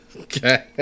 Okay